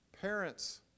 Parents